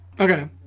Okay